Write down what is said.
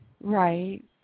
Right